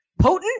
Potent